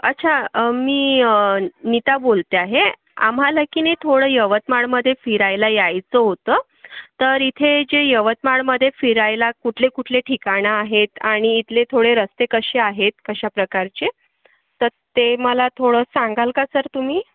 अच्छा मी नीता बोलते आहे आम्हाला की नाही थोडं यवतमाळमध्ये फिरायला यायचं होतं तर इथे जे यवतमाळमध्ये फिरायला कुठले कुठले ठिकाणं आहेत आणि इथले थोडे रस्ते कसे आहेत कशा प्रकारचे तर ते मला थोडं सांगाल का सर तुम्ही